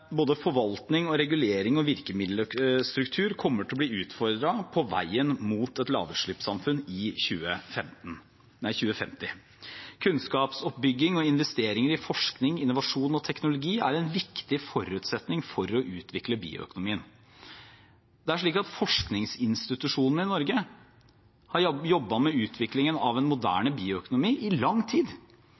både forvaltning, regulering og virkemiddelstruktur kommer til å bli utfordret på veien mot et lavutslippssamfunn i 2050. Kunnskapsoppbygging og investeringer i forskning, innovasjon og teknologi er en viktig forutsetning for å utvikle bioøkonomien. Forskningsinstitusjonene i Norge har jobbet med utviklingen av en moderne bioøkonomi i lang tid.